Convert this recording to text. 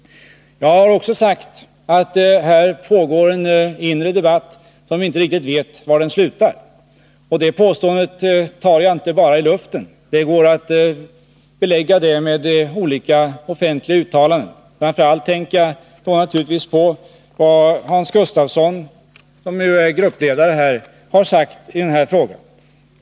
Här pågår uppenbarligen en inre debatt, och vi vet inte riktigt var den kommer att sluta. Det påståendet griper jag inte bara ur luften — det går att belägga det med olika offentliga uttalanden. Jag tänker naturligtvis framför allt på vad Hans Gustafsson, som ju är gruppledare i riksdagen, har sagt i denna fråga.